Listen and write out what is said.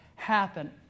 happen